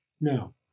Now